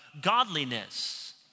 godliness